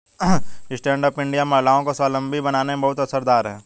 stand up India महिलाओं को स्वावलम्बी बनाने में बहुत असरदार है